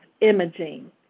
imaging